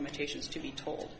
limitations to be told